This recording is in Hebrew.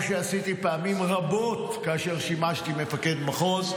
כמו שעשיתי פעמים רבות כאשר שימשתי מפקד מחוז,